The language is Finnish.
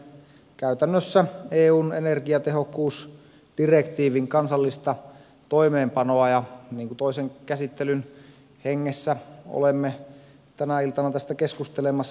käsittelemme käytännössä eun energiatehokkuusdirektiivin kansallista toimeenpanoa ja toisen käsittelyn hengessä olemme tänä iltana tästä keskustelemassa